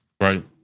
Right